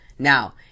Now